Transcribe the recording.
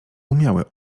umiały